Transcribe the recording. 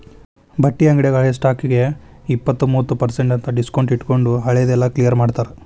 ಬಟ್ಟಿ ಅಂಗ್ಡ್ಯಾಗ ಹಳೆ ಸ್ಟಾಕ್ಗೆ ಇಪ್ಪತ್ತು ಮೂವತ್ ಪರ್ಸೆನ್ಟ್ ಅಂತ್ ಡಿಸ್ಕೊಂಟ್ಟಿಟ್ಟು ಹಳೆ ದೆಲ್ಲಾ ಕ್ಲಿಯರ್ ಮಾಡ್ತಾರ